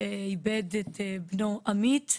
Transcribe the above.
שאיבד את בנו עמית.